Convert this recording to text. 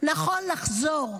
נכון לחזור.